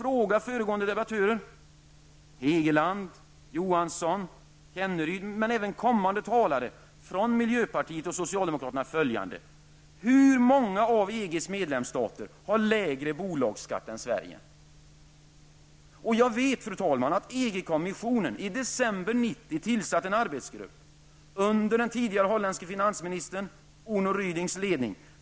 Hugo Hegeland, Kjell Johansson, Rolf Kenneryd, och även miljöpartiets och socialdemokraternas representanter som kommer upp senare i debatten: Hur många av EGs medlemsstater har lägre bolagsskatt än Sverige? Jag vet, fru talman, att EG-kommissionen i december 1990 tillsatte en arbetsgrupp under den tidigare holländske finansministern Onno Rudings ledning.